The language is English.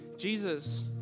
Jesus